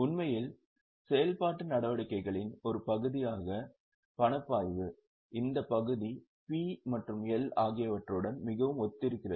உண்மையில் செயல்பாட்டு நடவடிக்கைகளின் ஒரு பகுதியான பணப்பாய்வு இந்த பகுதி P மற்றும் L ஆகியவற்றுடன் மிகவும் ஒத்திருக்கிறது